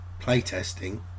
playtesting